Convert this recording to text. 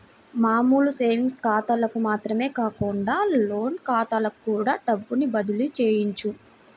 మామూలు సేవింగ్స్ ఖాతాలకు మాత్రమే కాకుండా లోన్ ఖాతాలకు కూడా డబ్బుని బదిలీ చెయ్యొచ్చు